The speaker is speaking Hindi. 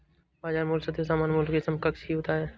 बाजार मूल्य सदैव सामान्य मूल्य के समकक्ष ही होता है